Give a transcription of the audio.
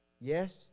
Yes